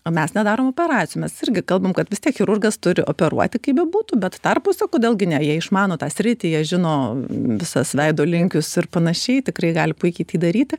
o mes nedarom operacijų nes irgi kalbame kad vis tiek chirurgas turi operuoti kaip bebūtų bet tarpuose kodėl gi ne jei išmano tą sritį jie žino visas veido linkius ir panašiai tikrai gali puikiai tai daryti